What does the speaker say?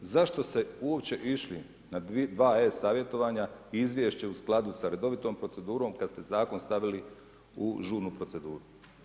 Zašto ste uopće išli na 2 e-savjetovanja i izvješće u skladu s redovitom procedurom, kad ste Zakon stavili u žurnu proceduru?